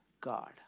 God